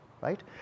right